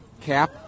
cap